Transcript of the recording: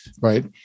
right